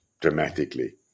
dramatically